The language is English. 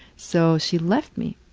so she left me.